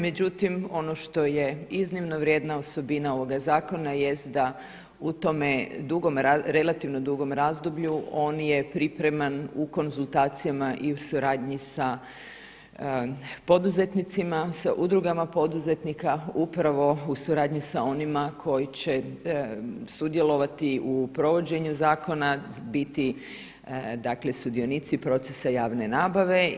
Međutim, ono što je iznimno vrijedna osobina ovoga zakona jest da u tome dugome, relativno dugom razdoblju on je pripreman u konzultacijama i u suradnji sa poduzetnicima, sa udrugama poduzetnika upravo u suradnji sa onima koji će sudjelovati u provođenju zakona, biti dakle sudionici procesa javne nabave.